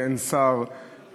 באין שר,